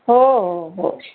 हो हो हो